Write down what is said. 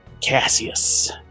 Cassius